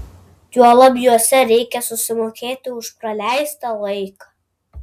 juolab juose reikia susimokėti už praleistą laiką